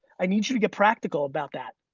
i need you to get practical about that.